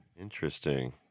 Interesting